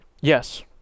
Yes